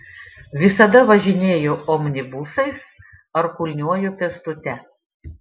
visada važinėju omnibusais ar kulniuoju pėstute